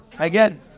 Again